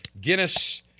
Guinness